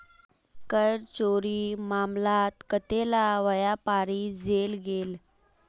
कर चोरीर मामलात कतेला व्यापारी जेल गेल